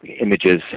images